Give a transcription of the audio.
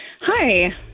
Hi